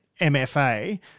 MFA